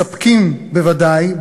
מספקים בוודאי,